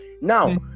Now